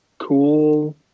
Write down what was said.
cool